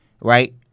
right